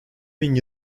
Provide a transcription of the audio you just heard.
bin